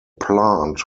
plant